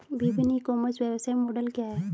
विभिन्न e commerce व्यवसाय model क्या हैं?